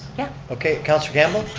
yeah. okay, councilor campbell?